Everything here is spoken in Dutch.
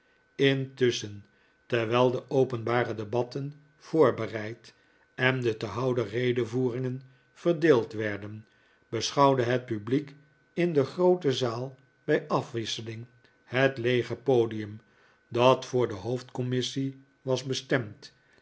intusschen terwijl de openbare debatten voorbereid en de te houden redevoeringen verdeeld werden beschouwde het publiek in de groote zaal bij afwisseling het leege podium dat voor de hoofdcommissie was bestemd